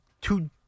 two